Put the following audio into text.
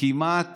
כמעט